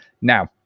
now